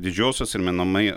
didžiosios ir menamai